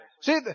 See